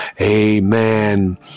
Amen